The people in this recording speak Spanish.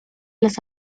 los